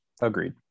Agreed